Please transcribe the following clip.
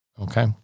Okay